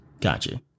Gotcha